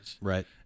Right